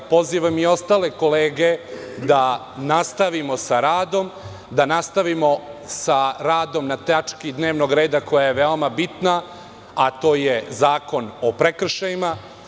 Pozivam i ostale kolege da nastavimo sa radom, da nastavimo sa radom na tački dnevnog reda koja je veoma bitna, a to je Zakon o prekršajima.